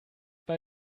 bei